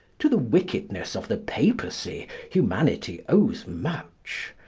to the wickedness of the papacy humanity owes much.